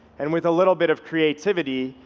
and with a little bit of creativity,